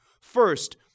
First